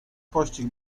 pościg